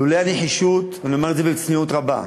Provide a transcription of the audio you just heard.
לולא הנחישות שלי, ואני אומר את זה בצניעות רבה,